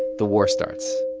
the war starts.